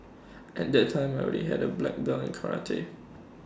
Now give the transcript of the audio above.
at that time I already had A black belt in karate